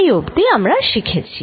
এই অবধি আমরা শিখেছি